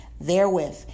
therewith